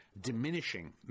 Diminishing